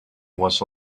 was